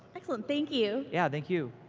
excellent. thank you. yeah thank you.